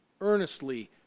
Earnestly